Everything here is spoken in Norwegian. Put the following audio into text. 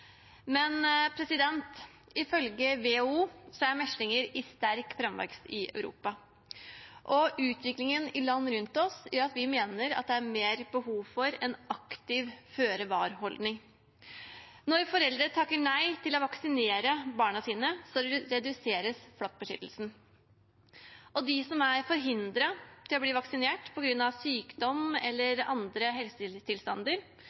Ifølge WHO er meslinger i sterk framvekst i Europa. Utviklingen i land rundt oss gjør at vi mener det er behov for en mer aktiv føre-var-holdning. Når foreldre takker nei til å vaksinere barna sine, reduseres flokkbeskyttelsen, og de som er forhindret fra å bli vaksinert – på grunn av sykdom